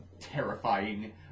terrifying